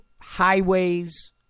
highways